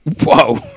whoa